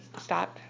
Stop